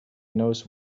knows